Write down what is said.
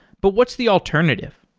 but what's the alternative?